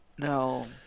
No